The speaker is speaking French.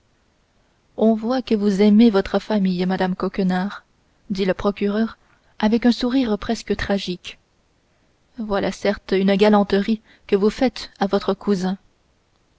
on voit que vous aimez votre famille madame coquenard dit le procureur avec un sourire presque tragique voilà certes une galanterie que vous faites à votre cousin